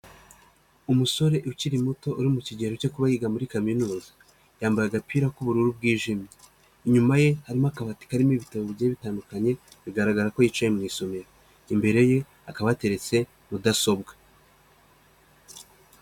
Umusore ukiri muto, uri mu kigero cyo kuba yiga muri kaminuza, yambaye agapira k'ubururu bwijimye, inyuma ye harimo akabati karimo ibitabo bigiye bitandukanye, bigaragara ko yicaye mu isomero, imbere ye hakaba hateretse mudasobwa.